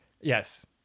Yes